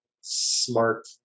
smart